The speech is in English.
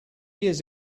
years